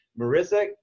Marissa